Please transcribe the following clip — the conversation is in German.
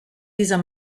dieser